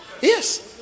Yes